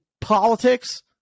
politics